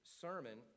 sermon